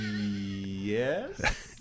yes